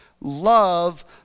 love